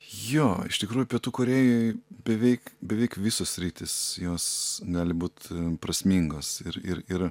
jo iš tikrųjų pietų korėjoj beveik beveik visos sritys jos gali būt prasmingos ir ir ir